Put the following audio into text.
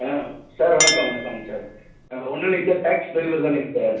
ஆ sir வணக்கம் வணக்கங்க sir ஒன்றும் இல்லைங்க சார் டேக்ஸி ட்ரைவர் தானேங்க சார்